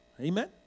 Amen